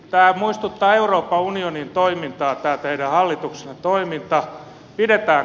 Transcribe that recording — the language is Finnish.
tämä muistuttaa euroopan unionin toimintaa tämä teidän hallituksenne toiminta